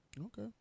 Okay